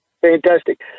fantastic